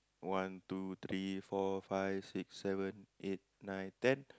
one two three four five six seven eight nine ten